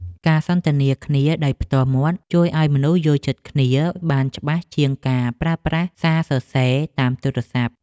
ការសន្ទនាគ្នាដោយផ្ទាល់មាត់ជួយឱ្យមនុស្សយល់ចិត្តគ្នាបានច្បាស់ជាងការប្រើប្រាស់សារសរសេរតាមទូរស័ព្ទ។